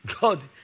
God